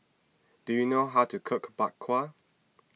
do you know how to cook Bak Kwa